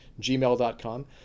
gmail.com